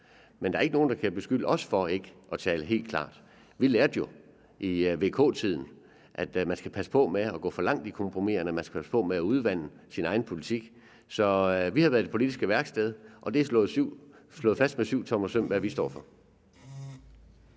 men der er ikke nogen, der kan beskylde os for ikke at tale helt klart. Vi lærte jo i VK-tiden, at man skal passe på med at gå for langt i kompromiserne, man skal passe på med at udvande sin egen politik. Så vi har været i det politiske værksted, og det er slået fast med syvtommersøm, hvad vi står for.